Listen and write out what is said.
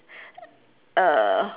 uh